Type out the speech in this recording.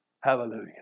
Hallelujah